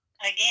again